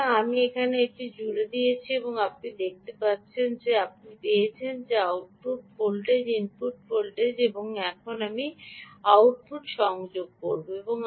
সুতরাং আমি এটি জুড়েছি এবং আপনি দেখতে পাচ্ছেন যে আপনি পেয়েছেন যে আউটপুট ভোল্টেজ ইনপুট ভোল্টেজ এখন আমি আউটপুট সংযোগ করব